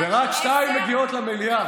ורק שתיים מגיעות למליאה.